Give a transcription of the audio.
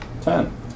Ten